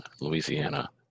Louisiana